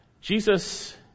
Jesus